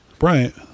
Right